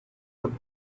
would